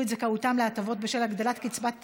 את זכאותם להטבות בשל הגדלת קצבת הנכות.